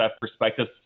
perspective